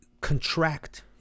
contract